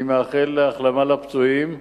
אני מאחל החלמה לפצועים.